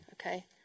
okay